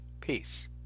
Peace